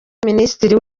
minisitiri